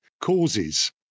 causes